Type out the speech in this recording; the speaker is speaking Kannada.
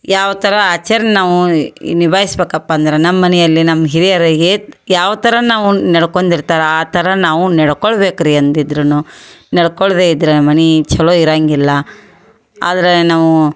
ಯಾವ ಥರ ಆಚರ್ಣ್ ನಾವು ನಿಭಾಯಿಸ್ಬೇಕಪ್ಪ ಅಂದ್ರೆ ನಮ್ಮ ಮನೆಯಲ್ಲಿ ನಮ್ಮ ಹಿರಿಯರು ಹೇಳ್ ಯಾವ ಥರ ನಾವು ನೆಡ್ಕೊಂಡಿರ್ತಾರ ಆ ಥರ ನಾವು ನೆಡ್ಕೊಳ್ಬೇಕು ರೀ ಎಂದು ಇದ್ರೂ ನೆಡ್ಕೊಳ್ದೇ ಇದ್ದರೆ ಮನೆ ಚೊಲೋ ಇರೋಂಗಿಲ್ಲ ಆದರೆ ನಾವು